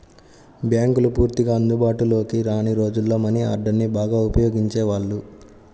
బ్యేంకులు పూర్తిగా అందుబాటులోకి రాని రోజుల్లో మనీ ఆర్డర్ని బాగా ఉపయోగించేవాళ్ళు